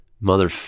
mother